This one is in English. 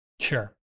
Sure